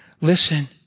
listen